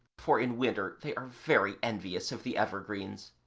for in winter they are very envious of the evergreens.